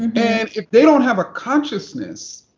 and if they don't have a consciousness,